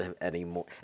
anymore